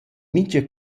mincha